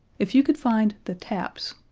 if you could find the taps.